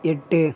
எட்டு